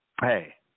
hey –